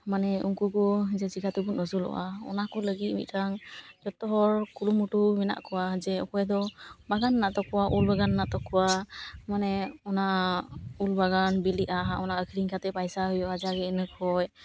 ᱢᱟᱱᱮ ᱩᱱᱠᱩ ᱠᱚ ᱡᱮ ᱪᱮᱠᱟ ᱛᱮᱵᱚᱱ ᱟᱹᱥᱩᱞᱚᱜᱼᱟ ᱚᱱᱟ ᱠᱚ ᱞᱟᱹᱜᱤᱫ ᱢᱤᱫᱴᱟᱝ ᱡᱚᱛᱚ ᱦᱚᱲ ᱠᱩᱨᱩᱢᱩᱴᱩ ᱢᱮᱱᱟᱜ ᱠᱚᱣᱟ ᱡᱮ ᱚᱠᱚᱭ ᱫᱚ ᱵᱟᱜᱟᱱ ᱢᱮᱱᱟᱜ ᱛᱟᱠᱚᱣᱟ ᱩᱞ ᱵᱟᱜᱟᱱ ᱢᱮᱱᱟᱜ ᱛᱟᱠᱚᱣᱟ ᱢᱟᱱᱮ ᱚᱱᱟ ᱩᱞ ᱵᱟᱜᱟᱱ ᱵᱤᱞᱤᱜᱼᱟ ᱚᱱᱟ ᱟᱹᱠᱷᱨᱤᱧ ᱠᱟᱛᱮ ᱯᱟᱭᱥᱟ ᱦᱩᱭᱩᱜᱼᱟ ᱡᱟᱜᱮ ᱤᱱᱟᱹ ᱠᱷᱚᱡ